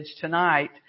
tonight